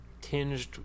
tinged